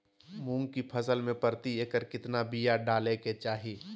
मूंग की फसल में प्रति एकड़ कितना बिया डाले के चाही?